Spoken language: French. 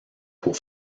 pour